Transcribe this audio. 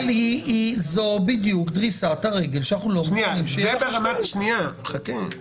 אבל זו בדיוק בלי דריסת הרגל שאנחנו לא מוכנים שתהיה --- אני רוצה